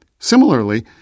Similarly